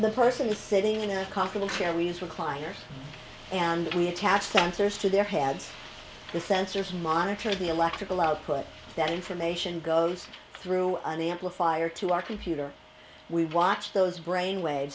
the person sitting in a comfortable chair we use recliners and we attach sensors to their heads the sensors monitor the electrical output that information goes through an amplifier to our computer we watch those brain wa